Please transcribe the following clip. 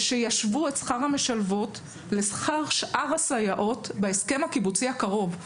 ושישוו את שכר המשלבות לשכר שאר הסייעות בהסכם הקיבוצי הקרוב,